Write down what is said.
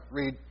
read